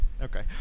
okay